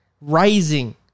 Rising